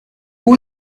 who